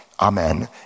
Amen